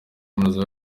kaminuza